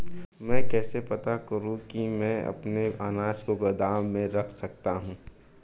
मैं कैसे पता करूँ कि मैं अपने अनाज को गोदाम में रख सकता हूँ?